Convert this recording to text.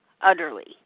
utterly